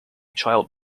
child